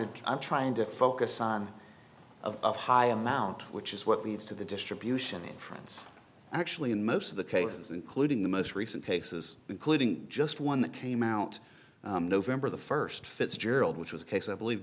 to i'm trying to focus on of a high amount which is what leads to the distribution inference actually in most of the cases including the most recent cases including just one that came out november the first fitzgerald which was a case i believe